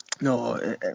No